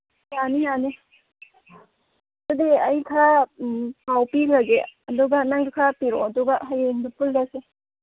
ꯌꯥꯅꯤ ꯌꯥꯅꯤ ꯑꯗꯨꯗꯤ ꯑꯩ ꯈꯔ ꯄꯥꯎ ꯄꯤꯈ꯭ꯔꯒꯦ ꯑꯗꯨꯒ ꯅꯪꯁꯨ ꯈꯔ ꯄꯤꯔꯛꯑꯣ ꯑꯗꯨꯒ ꯍꯌꯦꯡꯗꯨ ꯄꯨꯜꯂꯁꯦ